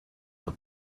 the